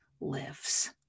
lives